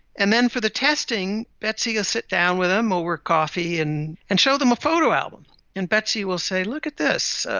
and then for the testing, betsy will sit down with them over coffee and and show them a photo album, and betsy will say, look at this,